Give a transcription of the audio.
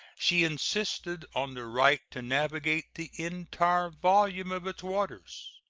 she insisted on the right to navigate the entire volume of its waters.